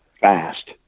fast